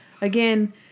again